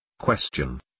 Question